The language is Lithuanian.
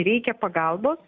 reikia pagalbos